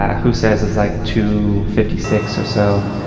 who says? is like two fifty six or so.